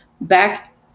back